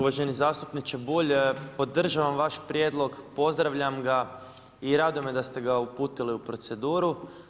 Uvaženi zastupniče Bulj, podržavam vaš prijedlog, pozdravljam ga i raduje me da ste ga uputili u proceduru.